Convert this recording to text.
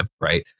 right